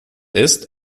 ist